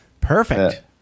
Perfect